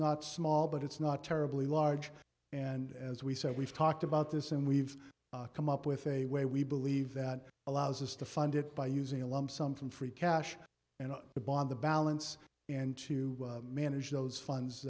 not small but it's not terribly large and as we said we've talked about this and we've come up with a way we believe that allows us to fund it by using a lump sum from free cash and a bond the balance and to manage those funds